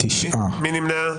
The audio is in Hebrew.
מי נמנע?